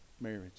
marriage